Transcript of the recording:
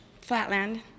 Flatland